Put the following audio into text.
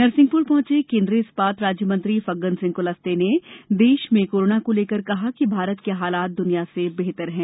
नरसिंहपुर पहुंचे केन्द्रीय इस्पात राज्य मंत्री फग्गन सिंह कुलस्ते ने देश में कोरोना को लेकर कहा कि भारत के हालात दुनिया से बेहतर हैं